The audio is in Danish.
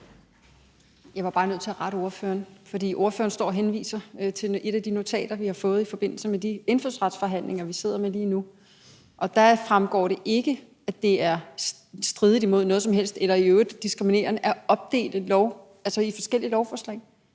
Jeg er bare nødt til at rette ordføreren, for ordføreren står og henviser til et af de notater, vi har fået i forbindelse med de indfødsretsforhandlinger, vi sidder med lige nu, og af dem fremgår det ikke, at det strider imod noget som helst eller i øvrigt er diskriminerende at opdele et lovforslag i forskellige lovforslag.